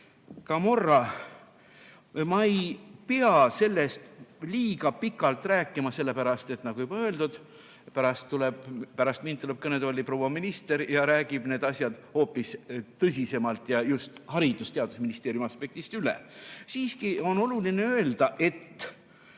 Komorra. Ma ei pea sellest pikalt rääkima, sellepärast et nagu juba öeldud, pärast mind tuleb kõnetooli proua minister ja räägib need asjad hoopis tõsisemalt ja just Haridus- ja Teadusministeeriumi aspektist üle. Siiski on oluline öelda, et